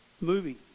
movie